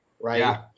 right